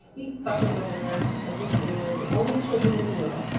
he fusses over them as if they were the only children in the world.